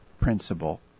principle